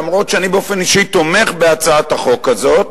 אף-על-פי שאני באופן אישי תומך בהצעת החוק הזאת,